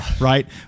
right